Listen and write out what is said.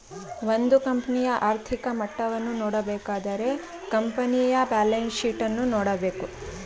ಒಂದು ಕಂಪನಿಯ ಆರ್ಥಿಕ ಮಟ್ಟವನ್ನು ನೋಡಬೇಕಾದರೆ ಕಂಪನಿಯ ಬ್ಯಾಲೆನ್ಸ್ ಶೀಟ್ ಅನ್ನು ನೋಡಬೇಕು